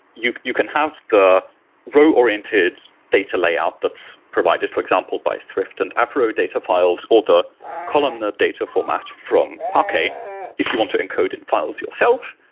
you you can have the row-oriented data layout that's provided, for example, by thrift and avro data files or the columnar data format from parquet if you want to encode in files yourself.